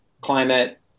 climate